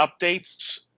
updates